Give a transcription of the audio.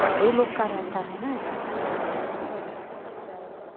बड़े लोग का रहता है ना छोटे लोग का तो कम होता है प्राइस